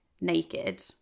naked